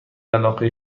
علاقه